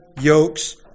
yokes